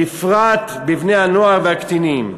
בפרט בבני-הנוער והקטינים,